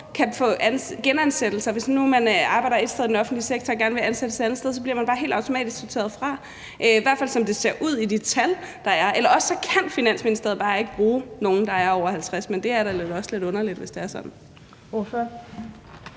kan få en genansættelse. Hvis nu man arbejder et sted i den offentlige sektor og gerne vil ansættes et andet sted i den offentlige sektor, bliver man bare helt automatisk sorteret fra, i hvert fald som det ser ud med de tal, der er. Eller også kan Finansministeriet bare ikke bruge nogen, der er over 50 år, men det er da vel også lidt underligt, hvis det er sådan.